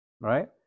Right